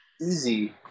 Easy